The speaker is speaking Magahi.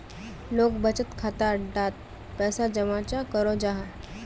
लोग बचत खाता डात पैसा जमा चाँ करो जाहा?